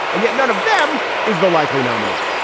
and yet none of them is the likely nominee.